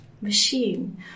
Machine